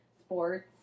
sports